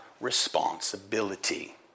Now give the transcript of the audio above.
responsibility